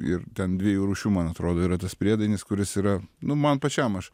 ir ten dviejų rūšių man atrodo yra tas priedainis kuris yra nu man pačiam aš